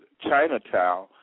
Chinatown